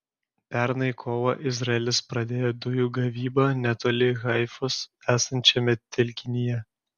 pernai kovą izraelis pradėjo dujų gavybą netoli haifos esančiame telkinyje